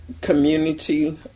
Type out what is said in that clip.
community